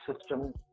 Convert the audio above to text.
system